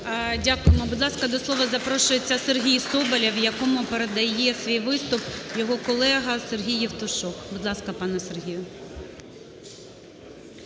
Дякуємо. Будь ласка, до слова запрошується Сергій Соболєв, якому передає свій виступ його колега Сергій Євтушок. Будь ласка, пане Сергію.